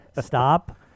stop